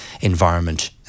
environment